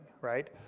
right